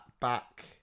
back